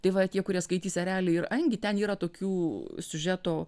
tai va tie kurie skaitys erelį ir angį ten yra tokių siužeto